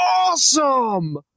awesome